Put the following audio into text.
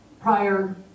prior